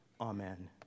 Amen